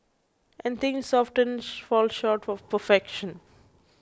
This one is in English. and things often fall short of perfection